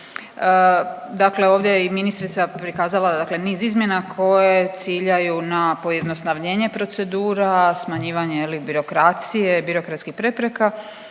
Dakle, ovdje je i ministrica prikazala, dakle niz izmjena koje ciljaju na pojednostavljenje procedura, smanjivanje je li birokracije i birokratskih prepreka